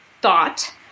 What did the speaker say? thought